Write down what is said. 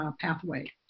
pathway